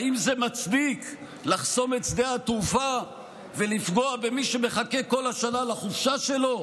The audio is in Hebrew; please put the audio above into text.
האם זה מצדיק לחסום את שדה התעופה ולפגוע במי שמחכה כל השנה לחופשה שלו?